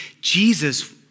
Jesus